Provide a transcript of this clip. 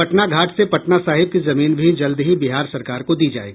पटना घाट से पटना साहिब की जमीन भी जल्द ही बिहार सरकार को दी जाएगी